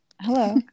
hello